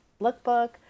lookbook